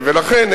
ולכן,